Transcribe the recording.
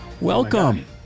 Welcome